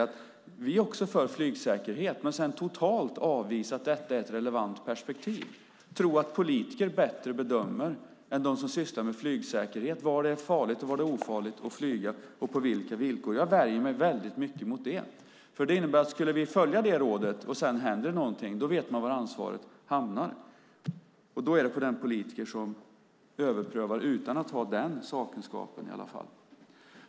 Man är också för flygsäkerhet men avvisar totalt att detta är ett relevant perspektiv. Man tror att politiker bedömer bättre än de som sysslar med flygsäkerhet var det är farligt och var det är ofarligt att flyga och på vilka villkor det sker. Jag värjer mig mycket mot det, för om vi skulle följa det rådet och det sedan händer någonting vet man var ansvaret hamnar. Det är på den politiker som överprövar utan att ha den sakkunskapen i alla fall.